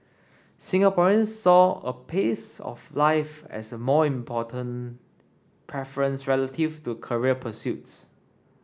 Singaporeans saw a pace of life as a more important preference relative to career pursuits